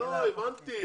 הבנתי,